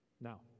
Now